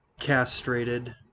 castrated